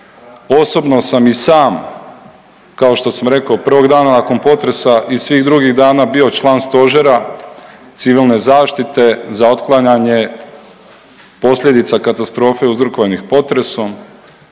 Osobno sam i sam kao što sam rekao prvog dana nakon potresa i svih drugih dana bio član Stožera civilne zaštite za otklanjanje posljedica katastrofe uzrokovanih potresom